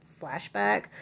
flashback